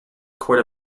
court